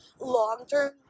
long-term